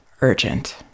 urgent